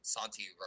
Santi